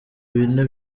bine